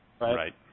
right